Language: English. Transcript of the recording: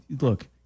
look